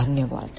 धन्यवाद